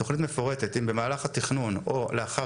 תוכנית מפורטת אם במהלך התכנון או לאחר